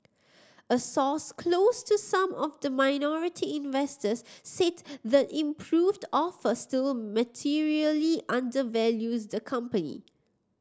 a source close to some of the minority investors said the improved offer still materially undervalues the company